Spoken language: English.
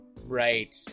Right